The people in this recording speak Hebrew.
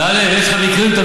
תביא, תביא מקרים.